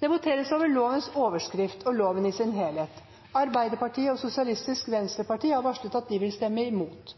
Det voteres over lovens overskrift og loven i sin helhet. Arbeiderpartiet og Sosialistisk Venstreparti har varslet at de vil stemme imot.